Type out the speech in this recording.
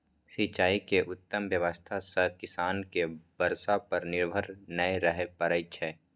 सिंचाइ के उत्तम व्यवस्था सं किसान कें बर्षा पर निर्भर नै रहय पड़ै छै